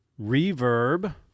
Reverb